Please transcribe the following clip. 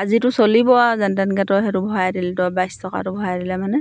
আজিটো চলিব আৰু যেনে তেনেকৈ তই সেইটো ভৰাই দিলে তই বাইছ টকাটো ভৰাই দিলে মানে